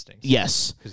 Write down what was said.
yes